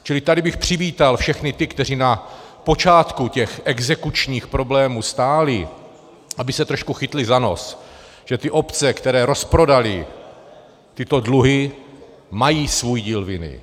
Čili tady bych přivítal všechny ty, kteří na počátku těch exekučních problémů stáli, aby se trošku chytli za nos, že ty obce, které rozprodaly tyto dluhy, mají svůj díl viny.